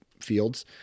fields